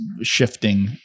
shifting